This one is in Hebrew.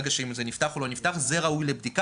אם זה נפתח או לא נפתח זה ראוי לבדיקה